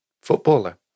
footballer